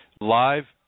live